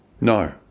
No